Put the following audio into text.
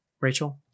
Rachel